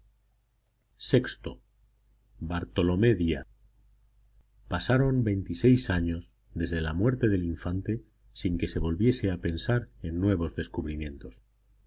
vi bartolomé díaz pasaron veintiséis años desde la muerte del infante sin que se volviese a pensar en nuevos descubrimientos